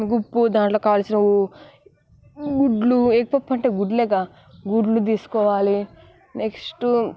ఇక ఉప్పు దాంట్లో కావాల్సిన గుడ్లు ఎగ్ పఫ్ అంటే గుడ్లేగా గుడ్లు తీసుకోవాలి నెక్స్ట్